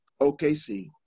OKC